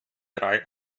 drei